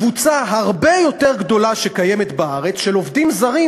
קבוצה הרבה יותר גדולה של עובדים זרים,